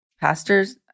pastors